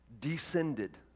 descended